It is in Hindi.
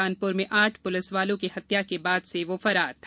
कानपुर में आठ पुलिसवालों की हत्या के बाद से वो फरार था